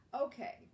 okay